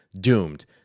DOOMED